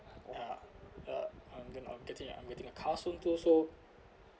ya uh I'm gonna I'm getting I'm getting a car soon too so